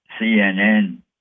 CNN